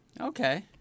Okay